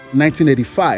1985